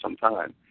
sometime